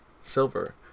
Silver